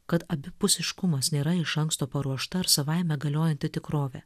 kad abipusiškumas nėra iš anksto paruošta ar savaime galiojanti tikrovė